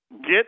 get